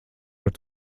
par